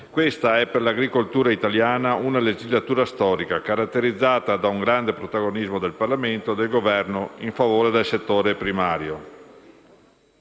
Questa è, per l'agricoltura italiana, una legislatura storica, caratterizzata da un grande protagonismo del Parlamento e del Governo in favore del settore primario.